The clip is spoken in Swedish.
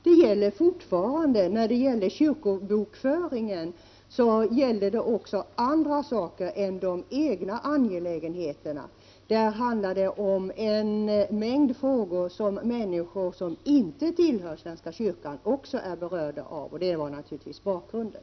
Det gäller fortfarande. Men i kyrkobokföringsfrågan handlar det också om andra saker än kyrkans egna angelägenheter. Det handlar om en mängd frågor som människor som inte tillhör svenska kyrkan är berörda av. Det var naturligtvis bakgrunden.